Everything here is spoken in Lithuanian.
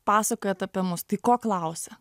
pasakojat apie mus tai ko klausia